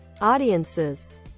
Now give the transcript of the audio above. audiences